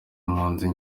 mpunzi